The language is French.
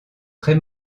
très